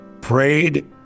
prayed